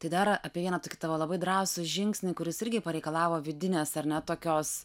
tai dar apie vieną tokį tavo labai drąsų žingsnį kuris irgi pareikalavo vidinės ar ne tokios